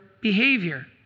behavior